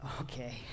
Okay